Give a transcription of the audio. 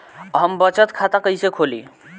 हम बचत खाता कईसे खोली?